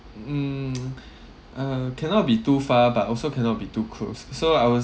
mm uh cannot be too far but also cannot be too close so I was